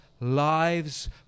lives